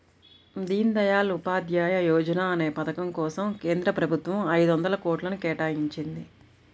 దీన్ దయాళ్ ఉపాధ్యాయ యోజనా అనే పథకం కోసం కేంద్ర ప్రభుత్వం ఐదొందల కోట్లను కేటాయించింది